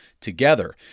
together